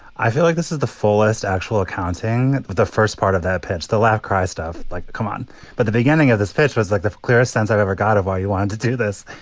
i feel like this is the fullest actual accounting. the first part of that pets the laugh, cry stuff like come on. but the beginning of this fest was like the clearest sense i ever got of i wanted to do this.